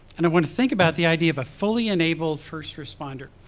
and i wanna think about the idea of a fully enabled first responder.